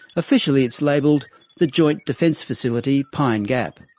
officially it's labelled the joint defence facility pine gap.